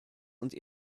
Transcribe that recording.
und